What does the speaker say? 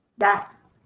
Yes